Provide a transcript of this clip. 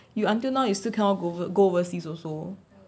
you until now you still overs~ go overseas also